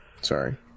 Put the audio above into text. Sorry